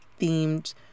themed